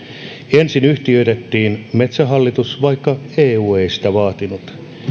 ensin yhtiöitettiin metsähallitus vaikka eu ei sitä vaatinut